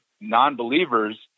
non-believers